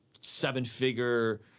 seven-figure